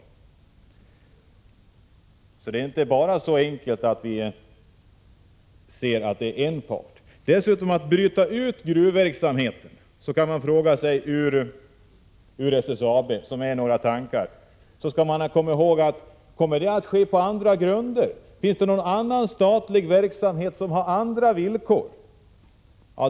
Det är alltså inte fullt så enkelt att det bara finns en part. Dessutom skall vi komma ihåg, att om man bryter ut gruvverksamheten ur SSAB, som det finns tankar på, sker det på andra grunder. Finns det någon annan statlig verksamhet som har andra villkor?